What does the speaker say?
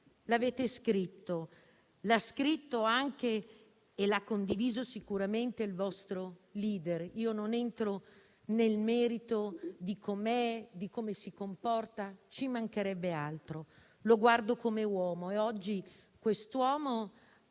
l'avete scritto. L'ha scritto e l'ha condiviso sicuramente il vostro *leader*. Non entro nel merito di come si comporta, ci mancherebbe altro; lo guardo come uomo e oggi quest'uomo